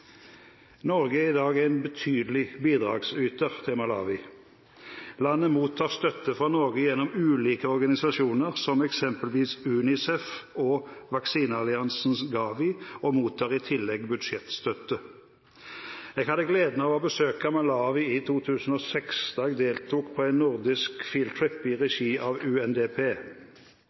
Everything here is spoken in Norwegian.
Norge er i dag en betydelig bidragsyter til Malawi. Landet mottar støtte fra Norge gjennom ulike organisasjoner som eksempelvis UNICEF og vaksinealliansen GAVI, og mottar i tillegg budsjettstøtte. Jeg hadde gleden av å besøke Malawi i 2006, da jeg deltok på en nordisk «field trip» i regi av UNDP.